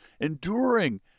enduring